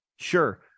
Sure